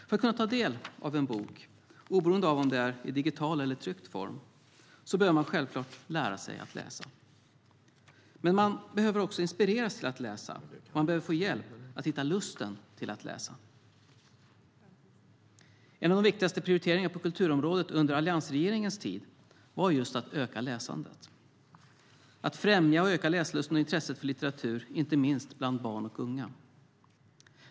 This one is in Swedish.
För att kunna ta del av en bok, oberoende av om den är i digital eller tryckt form, behöver man självklart lära sig att läsa. Men man behöver också inspireras till att läsa, och man behöver få hjälp att hitta lusten till att läsa. En av det viktigaste prioriteringarna på kulturområdet under alliansregeringens tid var just att öka läsandet, att främja och öka läslusten och intresset för litteratur, inte minst bland barn och unga.